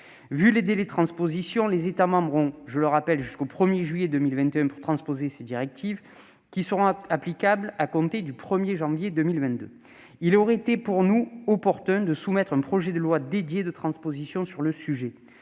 Vu les délais de transposition- les États membres ont, je le rappelle, jusqu'au 1juillet 2021 pour transposer ces directives, qui seront applicables à compter du 1 janvier 2022 -, il eût été pour nous opportun de soumettre un projet de loi dédié de transposition sur le sujet,